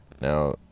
Now